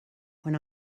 when